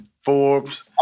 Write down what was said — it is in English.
Forbes